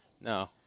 No